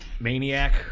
Maniac